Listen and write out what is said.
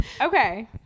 Okay